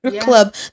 club